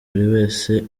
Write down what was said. wese